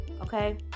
okay